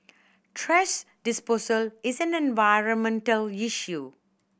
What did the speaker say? thrash disposal is an environmental issue